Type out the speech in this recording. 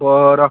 बरं